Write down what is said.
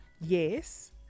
Yes